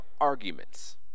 arguments